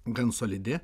gan solidi